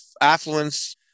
affluence